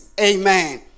amen